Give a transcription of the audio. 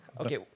Okay